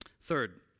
Third